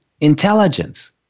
intelligence